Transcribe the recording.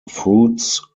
fruits